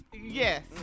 Yes